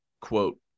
quote